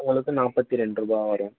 உங்களுக்கு நாற்பத்தி ரெண்டுரூபா வரும்